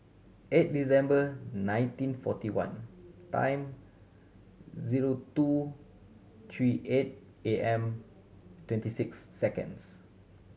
eight December nineteen forty one time zero two three eight A M twenty six seconds